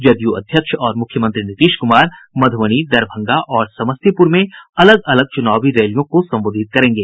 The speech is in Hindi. जदयू अध्यक्ष और मुख्यमंत्री नीतीश कुमार मध्यबनी दरभंगा और समस्तीपुर में अलग अलग चूनावी रैलियों को संबोधित करेंगे